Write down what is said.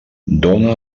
dóna